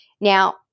Now